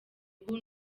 ubu